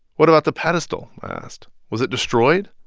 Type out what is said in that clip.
what about the pedestal? i asked. was it destroyed?